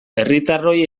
herritarroi